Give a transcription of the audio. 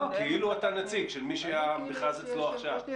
לא, כאילו אתה נציג של מי שהמכרז אצלו עכשיו.